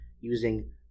using